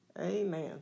amen